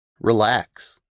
Relax